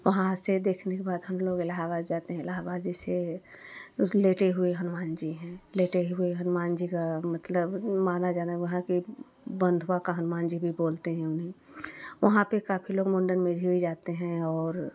वहाँ से देखने के बाद हम लोग इलाहाबाद जाते हैं इलाहाबाद जैसे उधर लेटे हुए हनुमान जी हैं लेटे हुए हनुमान जी का मतलब माना जाना वहाँ के बंधुआ का हनुमान जी भी बोलते हैं उन्हें वहाँ पर काफ़ी लोग मुंडन मे भी जाते हैं और